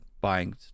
buying